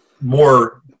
more